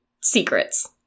secrets